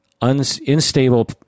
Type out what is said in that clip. unstable